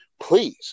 please